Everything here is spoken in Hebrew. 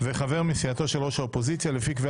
וחבר מסיעתו של ראש האופוזיציה,